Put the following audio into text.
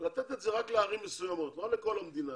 לתת את זה רק בערים מסוימות ולא לכל המדינה